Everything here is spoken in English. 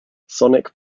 sonic